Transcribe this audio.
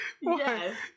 Yes